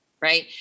Right